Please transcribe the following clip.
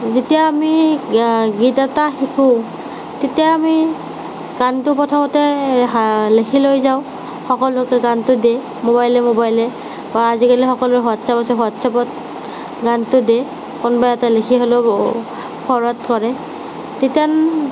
যেতিয়া আমি গীত এটা শিকোঁ তেতিয়া আমি গানটো প্ৰথমতে হা লেখি লৈ যাওঁ সকলোকে গানটো দিয়ে ম'বাইলে ম'বাইলে বা আজিকালি সকলোৱে হোৱাটছআপ আছে হোৱাটছআপত গানটো দে কোনোবা এটাই লিখি হ'লেও সুৰত ধৰে তেতিয়া